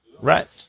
Right